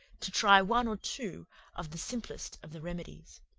to try one or two of the simplest of the remedies.